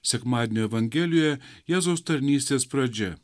sekmadienio evangelijoje jėzaus tarnystės pradžia